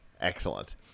excellent